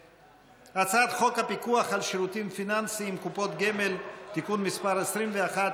הצעת חוק הפיקוח על שירותים פיננסיים (קופות גמל) (תיקון מס' 21),